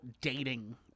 dating